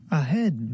ahead